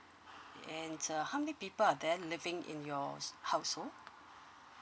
and uh how many people are there living in your household